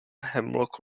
hemlock